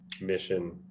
mission